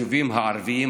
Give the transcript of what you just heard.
השר דרעי,